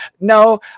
no